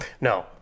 No